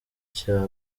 cya